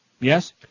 yes